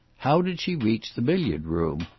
how did she reach the billiard room?